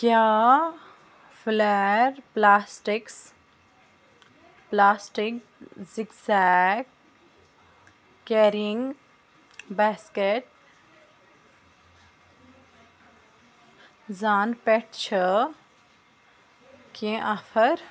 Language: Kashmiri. کیٛاہ فٕلیر plastics plastic zigzag carrying biscuit زان پٮ۪ٹھ چھِ کیٚنٛہہ آفر